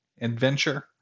adventure